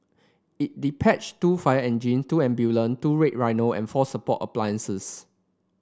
it dispatched two fire engine two ambulance two red rhino and four support appliances